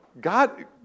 God